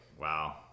Wow